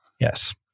Yes